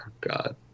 God